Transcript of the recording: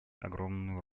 огромную